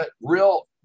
real